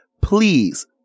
please